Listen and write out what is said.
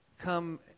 come